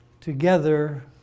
together